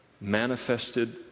manifested